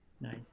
Nice